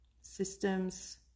systems